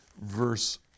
verse